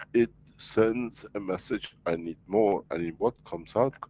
it sends a message, i need more, and in what comes out,